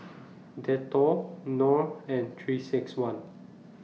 Dettol Knorr and three six one